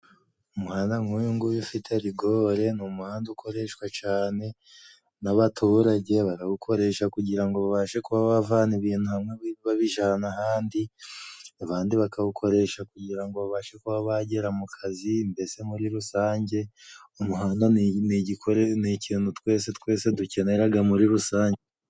Umuhanda nk'uyu nguyu ufite rigore ni umuhanda ukoreshwa cane. N'abaturage barawukoresha kugira ngo babashe kuba bavana ibintu hamwe babijana ahandi. Abandi bakawukoresha kugira ngo babashe kuba bagera mu kazi, mbese muri rusange umuhanda ni ikintu twese twese dukeneraga muri rusange.